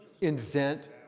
invent